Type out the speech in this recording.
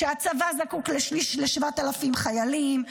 שהצבא זקוק ל-7,000 חיילים,